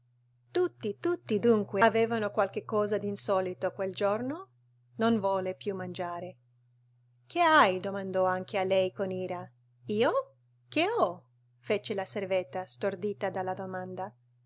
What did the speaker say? tutti tutti dunque avevano qualche cosa d'insolito quel giorno non volle più mangiare che hai domandò anche a lei con ira io che ho fece la servetta stordita dalla domanda